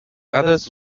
others